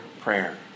prayer